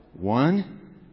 One